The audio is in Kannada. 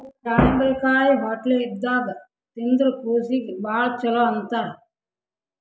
ದಾಳಿಂಬರಕಾಯಿ ಹೊಟ್ಲೆ ಇದ್ದಾಗ್ ತಿಂದ್ರ್ ಕೂಸೀಗಿ ಭಾಳ್ ಛಲೋ ಅಂತಾರ್